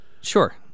Sure